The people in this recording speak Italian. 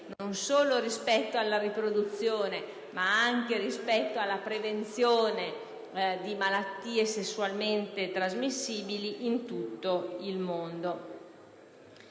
non solo rispetto alla riproduzione ma anche rispetto alla prevenzione di malattie sessualmente trasmissibili in tutto il mondo.